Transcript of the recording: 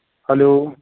hello